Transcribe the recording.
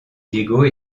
diego